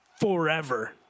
forever